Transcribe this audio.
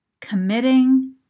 committing